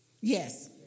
Yes